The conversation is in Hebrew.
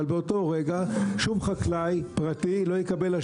אבל באותו רגע שום חקלאי פרטי לא יקבל את